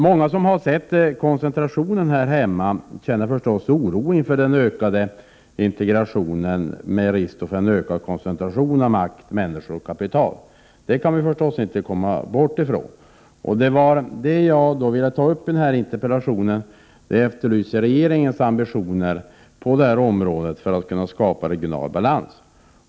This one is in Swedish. Många som har sett koncentrationen här hemma känner förstås oro inför den ökade integrationen med risk för en ytterligare ökad koncentration av makt, människor och kapital — det kan man inte komma bort ifrån. Jag ville genom min interpellation efterlysa regeringens ambitioner på detta område när det gäller att skapa regional balans.